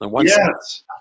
yes